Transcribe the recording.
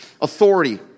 authority